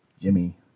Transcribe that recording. Jimmy